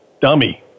dummy